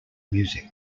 music